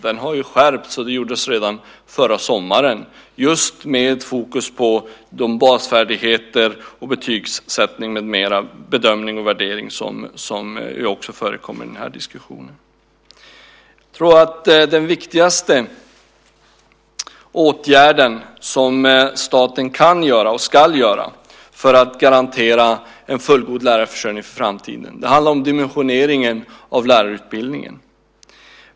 Det skedde en skärpning redan förra sommaren just med fokus på basfärdigheter och betygssättning, bedömning och värdering som också förekommer i denna diskussion. Jag tror att den viktigaste åtgärden som staten kan och ska vidta för att garantera en fullgod lärarförsörjning för framtiden handlar om dimensioneringen av lärarutbildningen.